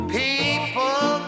people